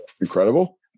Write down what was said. incredible